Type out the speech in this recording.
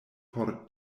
por